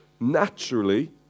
Naturally